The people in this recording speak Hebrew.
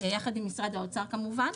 יחד עם משרד האוצר כמובן,